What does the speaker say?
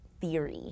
theory